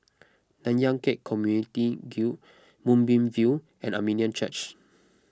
Nanyang Khek Community Guild Moonbeam View and Armenian Church